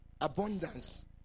Abundance